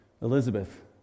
Elizabeth